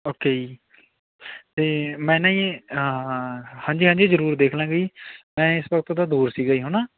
okay ਜੀ ਅਤੇ ਮੈਂ ਨਾ ਜੀ ਹਾਂਜੀ ਹਾਂਜੀ ਜ਼ਰੂਰ ਦੇਖ ਲਾਂਗੇ ਜੀ ਮੈਂ ਇਸ ਵਕਤ ਤਾਂ ਦੂਰ ਸੀਗਾ ਜੀ ਹੈ ਨਾ